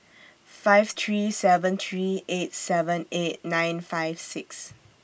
five three seven three eight seven eight nine five six